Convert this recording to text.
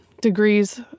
degrees